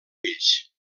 fills